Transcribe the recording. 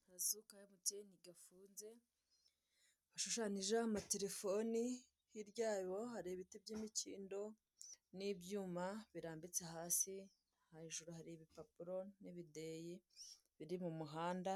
Akazu ka MTN gafunze ishushanijeho amaterefoni hirya yayo hari ibiti by'imikindo n'ibyuma birambitse hasi hejuru hari ibipapuro n'ibidayi mu muhanda